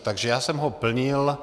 Takže já jsem ho plnil.